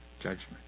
judgment